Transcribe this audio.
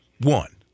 One